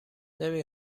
نمی